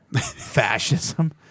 Fascism